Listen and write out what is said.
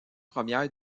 première